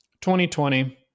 2020